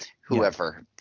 whoever